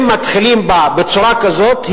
אם מתחילים בה בצורה כזאת,